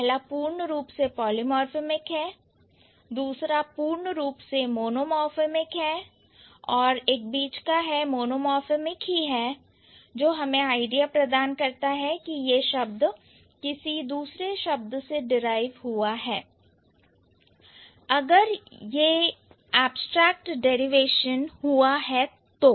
पहला पूर्ण रूप से पॉलीमर्फेमिक है फिर दूसरा पूर्ण रूप से मोनोमोर्फेमिक है और बीच का मोनोमोर्फेमिक है जो हमें आइडिया प्रदान करता है कि यह शब्द किस दूसरे शब्द से डिराइइव हुआ है अगर यह एबस्ट्रैक्ट डेरिवेशन से हुआ है तो